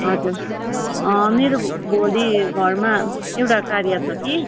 हजुर मेरो भोलि घरमा एउटा कार्य छ कि